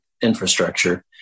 infrastructure